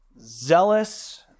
zealous